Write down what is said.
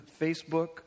Facebook